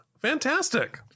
Fantastic